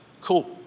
cool